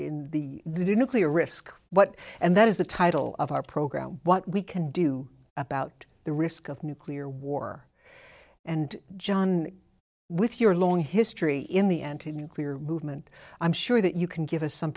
a clear risk what and that is the title of our program what we can do about the risk of nuclear war and john with your long history in the n t nuclear movement i'm sure that you can give us some